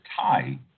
tie